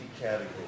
category